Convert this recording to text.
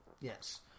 Yes